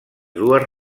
dues